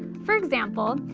for example,